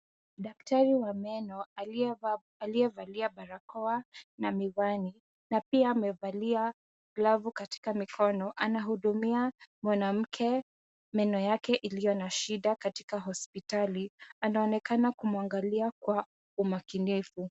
Daktari wa meno aliyevalia barakoa na miwani na pia amevalia glavu katika mikono anahudumia mwanamke meno yake iliyo na shida katika hospitali. Anaonekana kumuangalia kwa umakinifu.